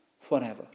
forever